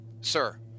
Sir